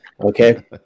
Okay